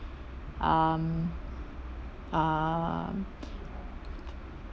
um um